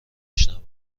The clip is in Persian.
شنوم